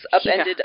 upended